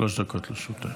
שלוש דקות לרשותך.